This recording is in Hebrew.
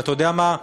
ואתה יודע מה?